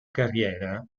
carriera